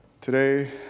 Today